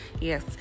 yes